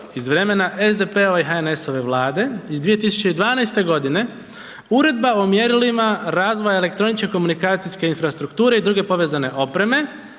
iz vremena SDP-ove i HNS-ove Vlade iz 2012.g. Uredba o mjerilima razvoja elektroničke komunikacijske infrastrukture i druge povezane opreme,